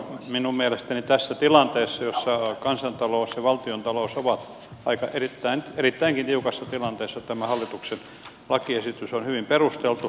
minun mielestäni tässä tilanteessa jossa kansantalous ja valtiontalous ovat erittäinkin tiukassa tilanteessa tämä hallituksen lakiesitys on hyvin perusteltu